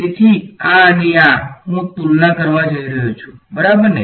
તેથી આ અને આ હું તુલના કરવા જઈ રહ્યો છુંબરાબરને